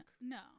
No